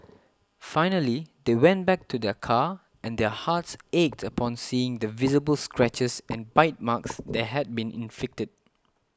finally they went back to their car and their hearts ached upon seeing the visible scratches and bite marks that had been inflicted